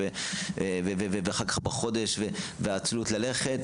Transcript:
או עצלות ללכת.